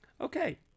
okay